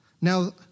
Now